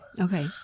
okay